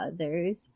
others